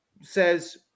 says